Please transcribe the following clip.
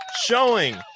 showing